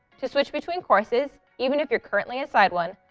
to switch between courses, even if you're currently inside one,